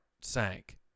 sank